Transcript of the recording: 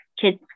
kids